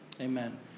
Amen